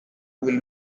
will